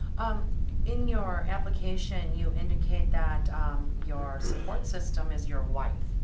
um in your application you indicate that your support system is your wife?